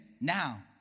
now